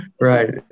Right